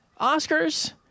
Oscars